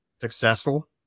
successful